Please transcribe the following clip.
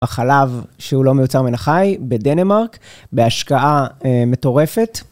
א-חלב, שהוא לא מיוצר מן החי, בדנמרק, בהשקעה מטורפת.